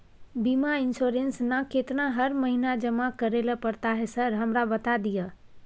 बीमा इन्सुरेंस ना केतना हर महीना जमा करैले पड़ता है सर हमरा बता दिय?